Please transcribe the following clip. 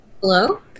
Hello